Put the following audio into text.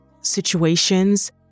situations